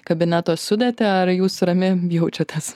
kabineto sudėtį ar jūs rami jaučiatės